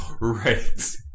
Right